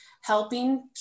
helping